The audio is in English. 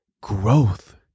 Growth